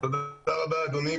תודה רבה אדוני.